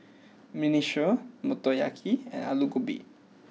Minestrone Motoyaki and Alu Gobi